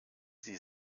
sie